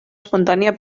espontània